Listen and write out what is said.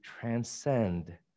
transcend